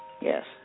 Yes